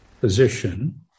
position